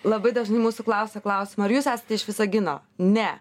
labai dažnai mūsų klausia klausimo ar jūs esate iš visagino ne